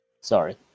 Sorry